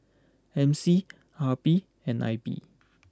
M C R P and I P